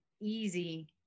easy